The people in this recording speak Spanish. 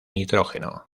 nitrógeno